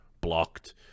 blocked